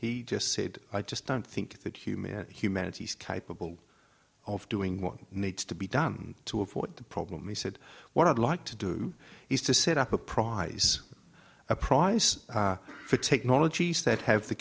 he just said i just don't think that human humanity's capable of doing what needs to be done to avoid the problem he said what i'd like to do is to set up a prize a prize for technologies that have the